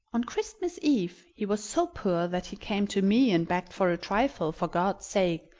on christmas eve he was so poor that he came to me and begged for a trifle, for god's sake,